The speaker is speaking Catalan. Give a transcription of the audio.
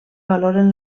valoren